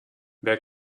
wer